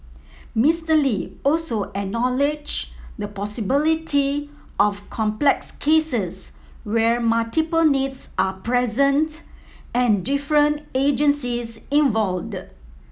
Mister Lee also acknowledged the possibility of complex cases where multiple needs are present and different agencies involved